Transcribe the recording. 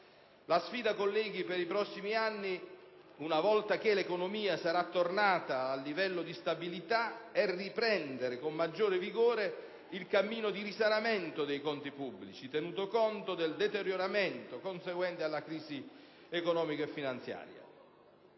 La sfida, colleghi, per i prossimi anni, una volta che l'economia sarà tornata al livello di stabilità, è riprendere con maggior vigore il cammino di risanamento dei conti pubblici, tenuto conto del deterioramento conseguente alla crisi economica e finanziaria.